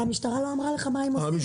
המשטרה לא אמרה לך מה הם עושים,